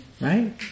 Right